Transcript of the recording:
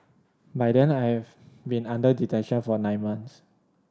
by then I have been under detention for nine months